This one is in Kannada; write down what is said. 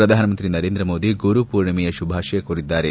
ಪ್ರಧಾನಮಂತ್ರಿ ಸರೇಂದ್ರಮೋದಿ ಗುರುಪೂರ್ಣಿಮೆಯ ಶುಭಾಶಯ ಕೋರಿದ್ಲಾರೆ